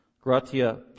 gratia